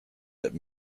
that